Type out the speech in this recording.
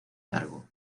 cargo